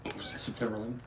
September